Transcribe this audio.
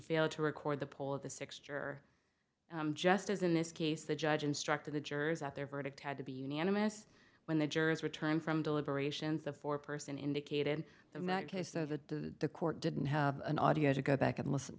failed to record the pole of the six tour just as in this case the judge instructed the jurors at their verdict had to be unanimous when the jurors returned from deliberations the foreperson indicated that case of the the court didn't have an audio to go back and listen